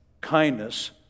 Kindness